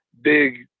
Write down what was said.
big